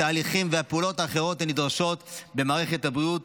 התהליכים והפעולות האחרות הנדרשות במערכת הבריאות,